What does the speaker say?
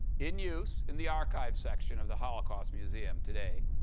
in use in the archive section of the holocaust museum today.